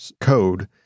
code